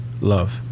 love